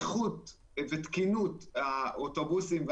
איכות ותקינות האוטובוסים,